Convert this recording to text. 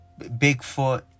Bigfoot